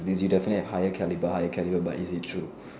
if you definitely have higher caliber higher caliber but is it true